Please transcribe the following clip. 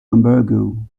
embargo